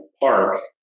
park